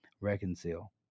reconcile